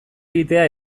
egitea